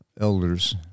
elders